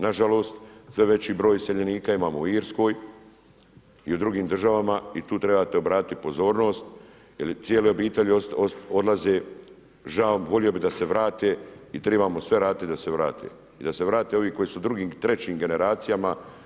Nažalost sve veći broj iseljenika imamo u Irskoj i u drugim državama i tu trebate obratiti pozornost jer cijele obitelji odlaze, volio bih da se vrate i tribamo sve raditi da se vrate i da se vrate oni koji su drugim, trećim generacijama.